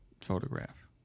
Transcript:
photograph